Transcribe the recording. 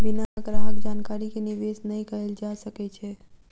बिना ग्राहक जानकारी के निवेश नै कयल जा सकै छै